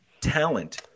talent